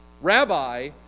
Rabbi